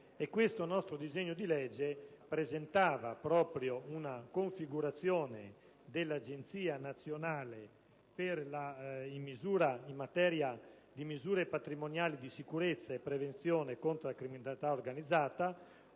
Questo nostro disegno di legge conteneva una configurazione dell'Agenzia nazionale in materia di misure patrimoniali di sicurezza e prevenzione contro la criminalità organizzata,